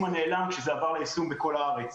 מה נעלם כשזה עבר ליישום בכל הארץ.